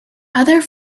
other